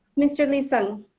mr. lee-sung.